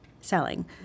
selling